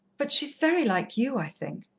but she's very like you, i think.